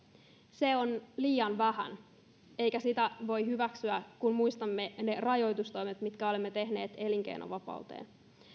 se on liian vähän eikä sitä voi hyväksyä kun muistamme ne rajoitustoimet mitkä olemme tehneet elinkeinovapauteen